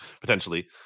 potentially